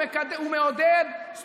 היה מעלה על הדעת אביגדור ליברמן לתת